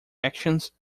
actions